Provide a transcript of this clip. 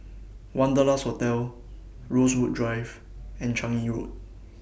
Wanderlust Hotel Rosewood Drive and Changi Road